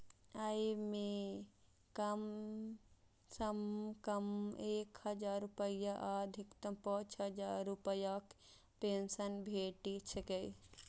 अय मे कम सं कम एक हजार रुपैया आ अधिकतम पांच हजार रुपैयाक पेंशन भेटि सकैए